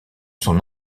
son